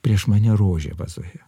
prieš mane rožė vazoje